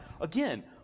Again